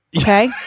okay